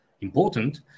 important